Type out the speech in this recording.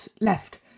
left